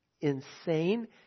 insane